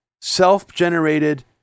self-generated